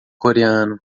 coreano